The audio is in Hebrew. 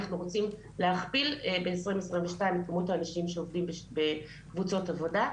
אנחנו רוצים להכפיל ב-2022 את כמות האנשים שעובדים בקבוצות העבודה.